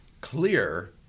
clear